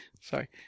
Sorry